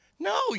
No